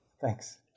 Thanks